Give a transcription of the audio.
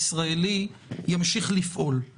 שלוש העמודות הראשונות מדברות בדיוק על הדבר הזה,